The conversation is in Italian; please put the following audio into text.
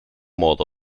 modo